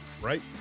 Right